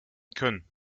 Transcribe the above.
können